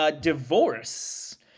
divorce